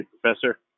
Professor